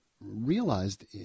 realized